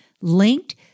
linked